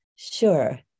Sure